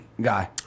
guy